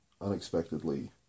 unexpectedly